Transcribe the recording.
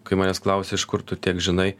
kai manęs klausia iš kur tu tiek žinai